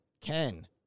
Ken